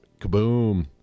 Kaboom